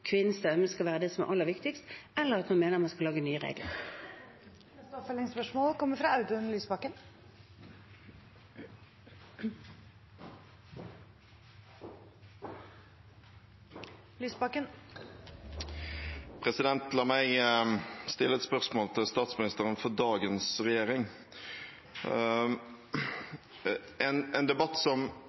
kvinnens stemme skal være det aller viktigste, eller at man skal lage nye regler. Audun Lysbakken – til oppfølgingsspørsmål. La meg stille et spørsmål til statsministeren i dagens regjering. En debatt som